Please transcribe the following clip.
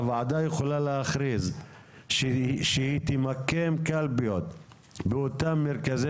הוועדה יכולה להכריז שהיא תמקם קלפיות באותם מרכזי